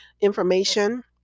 information